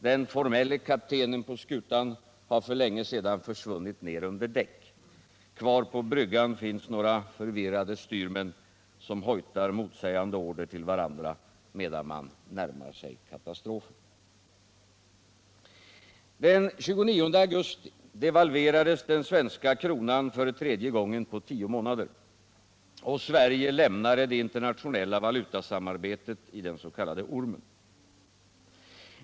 Den formelle kaptenen på skutan har för länge sedan försvunnit ner under däck. Kvar på bryggan finns några förvirrade styrmän, som hojtar motsägande order till varandra medan man närmar sig katastrofen. Den 29 augusti devalverades den svenska kronan för tredje gången på tio månader och Sverige lämnade det internationella valutasamarbetet i den s.k. ormen.